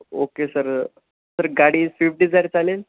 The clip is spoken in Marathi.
ओके सर सर गाडी स्विफ्ट डिझायर चालेल